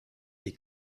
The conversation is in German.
die